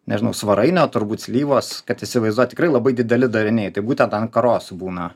nežinau svarainio turbūt slyvos kad įsivaizduot tikrai labai dideli dariniai tai būtent ant karosų būna